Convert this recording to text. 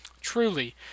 Truly